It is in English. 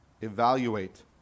Evaluate